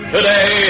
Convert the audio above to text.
Today